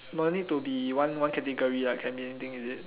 no need to be one one category right can be anything is it